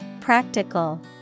Practical